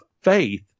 faith